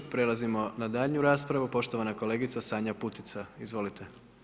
Prelazimo na daljnju raspravu, poštovana kolegica Sanja Putica, izvolite.